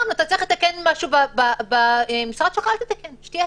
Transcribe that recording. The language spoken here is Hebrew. שהכל סגור.